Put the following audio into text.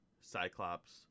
Cyclops